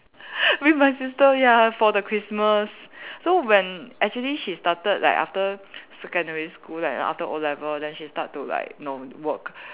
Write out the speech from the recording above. with my sister ya for the Christmas so when actually she started like after secondary school like after o-level then she start to like know work